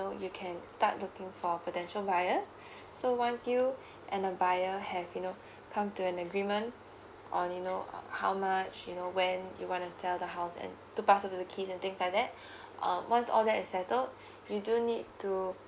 you can start looking for potential buyers so once you and the buyer have you know come to an agreement on you know uh how much you know when you wanna sell the house and to pass over the keyss and things like that um once all that is settled you do need to